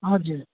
हजुर